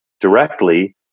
directly